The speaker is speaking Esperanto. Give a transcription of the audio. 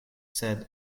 sed